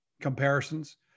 comparisons